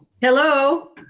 Hello